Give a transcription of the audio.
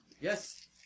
Yes